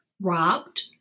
robbed